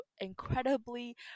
incredibly